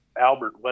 albert